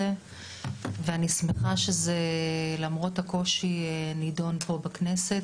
ואני שמחה שזה למרות הקושי נידון פה בכנסת,